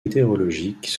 météorologiques